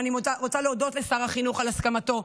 ואני רוצה להודות לשר החינוך על הסכמתו,